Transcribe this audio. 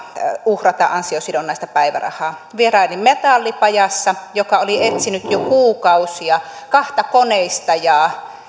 uhrata ansiosidonnaista päivärahaa vierailin metallipajassa joka oli etsinyt jo kuukausia kahta koneistajaa